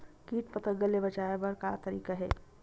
कीट पंतगा ले बचाय बर का तरीका हे?